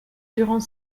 durant